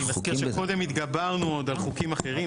אני מזכיר שקודם התגברנו עוד על חוקים אחרים.